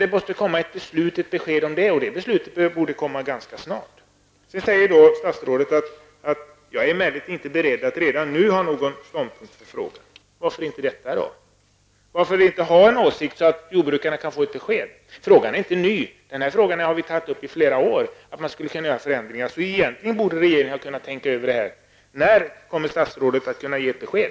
Det borde komma ett beslut eller någon form av besked, och det borde komma ganska snart. Statsrådet säger att han verkligen inte är beredd att redan nu inta någon ståndpunkt i frågan. Varför inte det? Varför kan han inte uttrycka en åsikt så att jordbrukarna kan få ett besked? Frågan är inte ny, utan den har tagits upp många gånger i flera år. Egentligen borde regeringen ha kunnat tänka över saken. När kommer statsrådet att kunna ge ett besked?